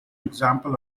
example